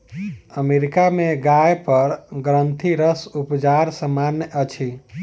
America में गाय पर ग्रंथिरस उपचार सामन्य अछि